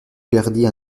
perdit